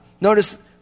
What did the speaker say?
Notice